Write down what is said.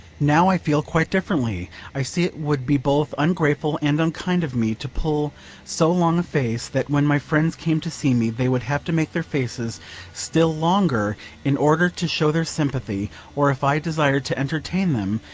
now i feel quite differently. i see it would be both ungrateful and unkind of me to pull so long a face that when my friends came to see me they would have to make their faces still longer in order to show their sympathy or, if i desired to entertain them,